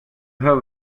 have